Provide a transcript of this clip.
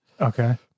Okay